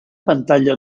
pantalla